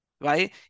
right